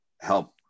Help